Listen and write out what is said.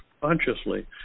consciously